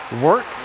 work